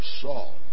Saul